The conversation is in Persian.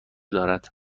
دارد